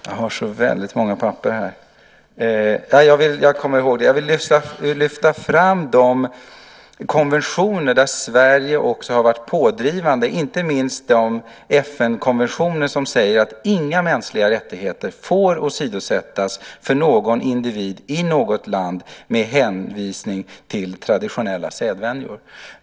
Jag vill lyfta fram de konventioner där Sverige varit pådrivande, inte minst de FN-konventioner som säger att inga mänskliga rättigheter för någon individ i något land får åsidosättas med hänvisning till traditionella sedvänjor.